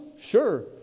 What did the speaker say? Sure